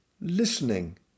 listening